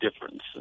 difference